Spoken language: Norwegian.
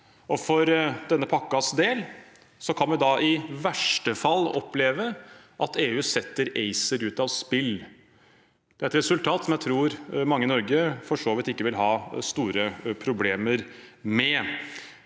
For denne pakkens del kan vi da i verste fall oppleve at EU setter ACER ut av spill. Det er et resultat som jeg tror at mange i Norge for så vidt ikke vil ha store problemer med.